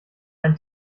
ein